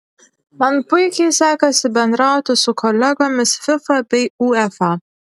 man puikiai sekasi bendrauti su kolegomis fifa bei uefa